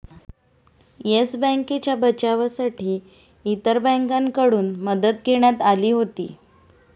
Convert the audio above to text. yes बँकेच्या बचावासाठी इतर बँकांकडून मदत घेण्यात आली होती